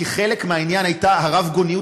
כי חלק מהעניין היה הרב-גוניות,